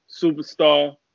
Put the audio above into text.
superstar